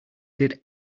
did